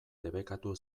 debekatu